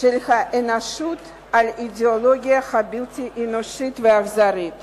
של האנושות על האידיאולוגיה הבלתי-אנושית והאכזרית